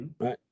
Right